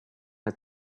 had